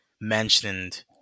mentioned